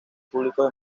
públicos